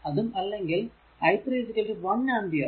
അതും അല്ലെങ്കിൽ i 3 1 ampere